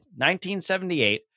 1978